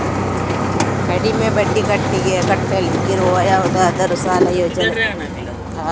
ಕಡಿಮೆ ಬಡ್ಡಿ ಕಟ್ಟಲಿಕ್ಕಿರುವ ಯಾವುದಾದರೂ ಸಾಲ ಯೋಜನೆ ಉಂಟಾ